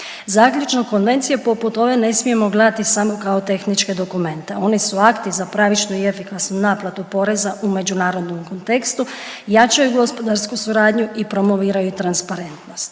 Zaključno konvencije poput ove ne smijemo gledati samo kao tehničke dokumente. One su akti za pravičnu i efikasnu naplatu poreza u međunarodnom kontekstu, jačaju gospodarsku suradnju i promoviraju transparentnost.